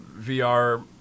VR